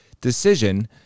decision